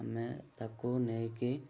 ଆମେ ତାକୁ ନେଇକି